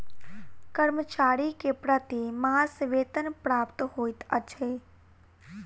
कर्मचारी के प्रति मास वेतन प्राप्त होइत अछि